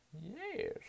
yes